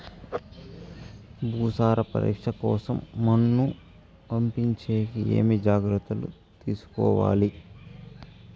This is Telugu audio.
భూసార పరీక్ష కోసం మన్ను పంపించేకి ఏమి జాగ్రత్తలు తీసుకోవాలి?